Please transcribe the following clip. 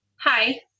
Hi